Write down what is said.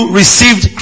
received